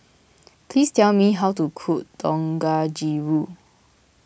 please tell me how to cook Dangojiru